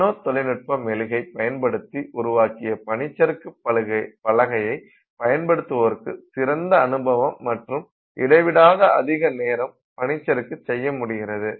நானோ தொழில்நுட்ப மெழுகைப் பயன்படுத்தி உருவாக்கிய பனிச்சறுக்கு பலகையை பயன்படுத்துவோருக்கு சிறந்த அனுபவம் மற்றும் இடைவிடாத அதிக நேரம் பனிச்சறுக்கு செய்ய முடிகிறது